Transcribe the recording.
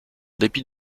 dépit